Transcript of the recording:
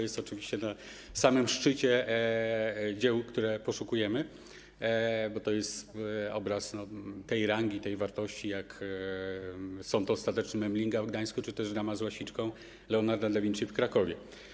Jest on oczywiście na samym szczycie dzieł, które poszukujemy, bo to jest obraz tej rangi, tej wartości co „Sąd ostateczny” Memlinga w Gdańsku czy też „Dama z łasiczką” Leonarda da Vinci w Krakowie.